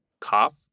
cough